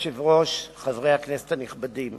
ביום י"ז בחשוון התש"ע (4 בנובמבר